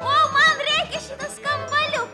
o man reikia šito skambaliuko